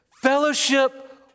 Fellowship